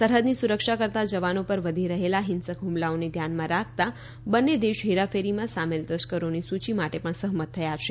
સરહદની સુરક્ષા કરતાં જવાનો પર વધી રહેલા હિંસક હુમલાઓને ધ્યાનમાં રાખતાં બંન્ને દેશ હેરાફેરીમાં સામેલ તસ્કરોની સૂચિ માટે પણ સહમત થયા છે